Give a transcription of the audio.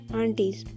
aunties